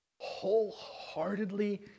wholeheartedly